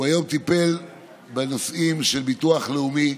הוא טיפל היום בנושאים של ביטוח לאומי,